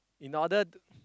in order to